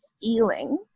feeling